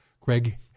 Greg